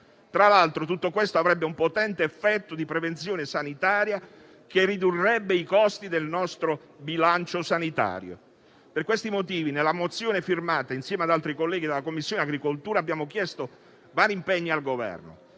Tra l'altro, tutto questo avrebbe un potente effetto di prevenzione sanitaria che ridurrebbe i costi del nostro bilancio sanitario. Per questi motivi, nella mozione firmata insieme ad altri colleghi della Commissione agricoltura, abbiamo chiesto vari impegni al Governo.